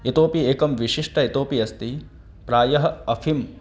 इतोपि एकं विशिष्टम् इतोपि अस्ति प्रायः अफ़िम्